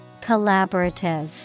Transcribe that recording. Collaborative